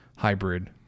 Hybrid